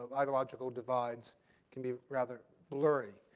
um ideological divides can be rather blurry.